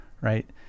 right